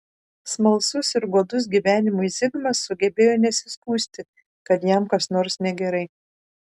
smalsus ir godus gyvenimui zigmas sugebėjo nesiskųsti kad jam kas nors negerai